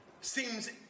seems